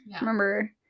Remember